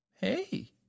hey